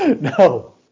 No